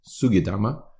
SUGIDAMA